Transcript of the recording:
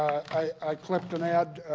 i clipped an ad